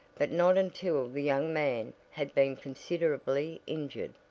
but not until the young man had been considerably injured.